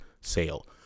sale